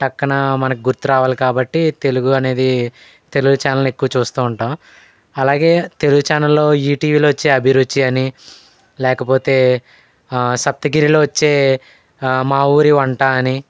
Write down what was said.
టక్కున మనకి గుర్తు రావాలి కాబట్టి తెలుగు అనేది తెలుగు ఛానల్ ఎక్కువ చూస్తూ ఉంటాము అలాగే తెలుగు ఛానల్లో ఈటీవీలో వచ్చే అభిరుచి అని లేకపోతే సప్తగిరిలో వచ్చే మా ఊరి వంట అని